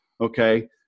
okay